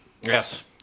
Yes